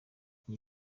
iyi